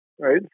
right